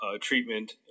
treatment